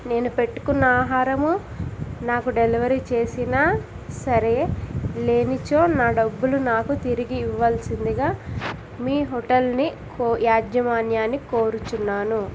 నేను పెట్టుకున్న ఆహారము నాకు డెలివరీ చేసిన సరే లేనిచో నా డబ్బులు నాకు తిరిగి ఇవ్వాల్సిందిగా మీ హోటల్ని యాజమాన్యాన్ని కోరుతున్నాను